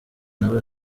nawe